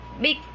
big